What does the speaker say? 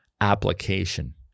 application